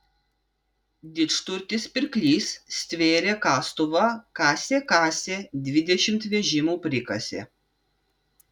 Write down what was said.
didžturtis pirklys stvėrė kastuvą kasė kasė dvidešimt vežimų prikasė